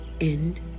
End